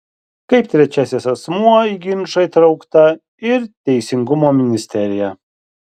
kaip trečiasis asmuo į ginčą įtraukta ir teisingumo ministerija